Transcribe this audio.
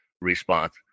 response